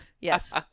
yes